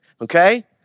Okay